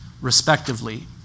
respectively